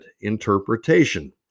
interpretation